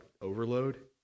overload